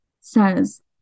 says